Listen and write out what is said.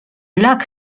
lac